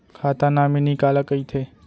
खाता नॉमिनी काला कइथे?